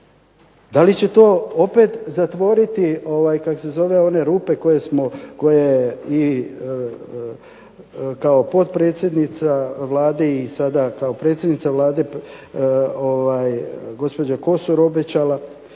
Da li će to opet zatvoriti one rupe koje smo kao potpredsjednica Vlade i sada kao predsjednica Vlade, gospođa Kosor obećala?